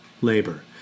labor